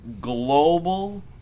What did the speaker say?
global